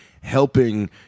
helping